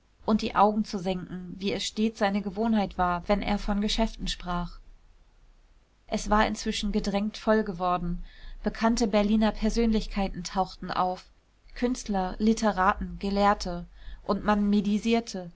und die augen zu senken wie es stets seine gewohnheit war wenn er von geschäften sprach es war inzwischen gedrängt voll geworden bekannte berliner persönlichkeiten tauchten auf künstler literaten gelehrte und man medisierte